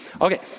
Okay